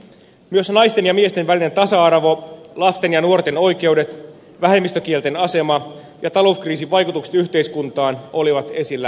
myös naisten ja miesten välinen tasa arvo lasten ja nuorten oikeudet vähemmistökielten asema ja talouskriisin vaikutukset yhteiskuntaan olivat esillä yleiskokouksessa